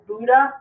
Buddha